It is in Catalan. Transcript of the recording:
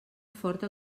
forta